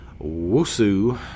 Wusu